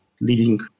leading